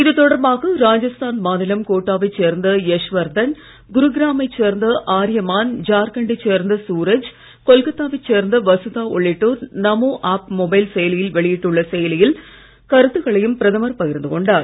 இது தொடர்பாக ராஜஸ்தான் மாநிலம் கோட்டாவை சேர்ந்த யஷ்வர்தன் குருகிராமை சேர்ந்த ஆர்யமான் ஜார்கண்டை சேர்ந்த சூரஜ் கொல்கத்தாவை சேர்ந்த வசுதா உள்ளிட்டோர் நமோ ஆப் மொபைல் செயலியில் வெளியிட்டுள்ள கருத்துக்களையும் பிரதமர் பகிர்ந்து கொண்டார்